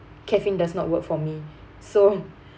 caffeine does not work for me so